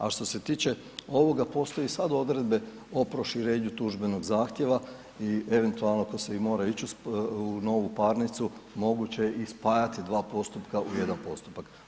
A što se tiče ovoga, postoji i sad odredbe o proširenju tužbenog zahtjeva i eventualno poslije mora ići u novu parnicu, moguće je i spajati 2 postupka u jedan postupak.